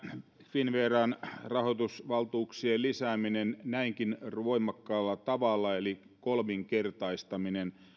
finnveran rahoitusvaltuuksien lisääminen näinkin voimakkaalla tavalla eli kolminkertaistaminen